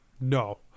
No